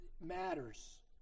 matters